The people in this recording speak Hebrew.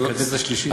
זו קדנציה שלישית.